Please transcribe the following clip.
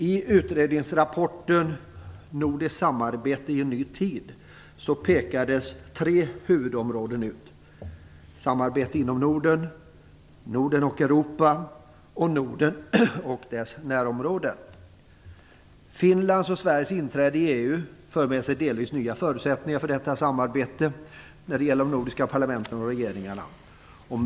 I utredningsrapporten Nordiskt samarbete i en ny tid pekas dess tre huvudområden ut: samarbete inom Finlands och Sveriges inträde i EU för med sig delvis nya förutsättningar för detta samarbete när det gäller de nordiska parlamenten och regeringarna.